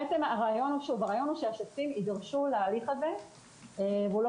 הרעיון הוא שהשופטים יידרשו להליך הזה והוא לא